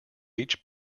each